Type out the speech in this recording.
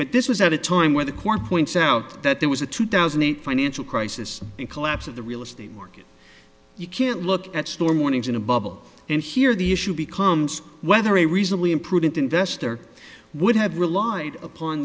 but this was at a time where the corps points out that there was a two thousand and eight financial crisis collapse of the real estate market you can't look at or mornings in a bubble and here the issue becomes whether a reasonably imprudent investor would have relied upon